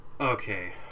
Okay